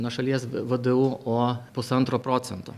nuo šalies vdu o pusantro procento